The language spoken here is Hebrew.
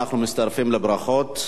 אנחנו מצטרפים לברכות.